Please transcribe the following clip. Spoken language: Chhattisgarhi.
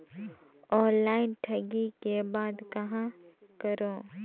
ऑनलाइन ठगी के बाद कहां करों?